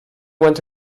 went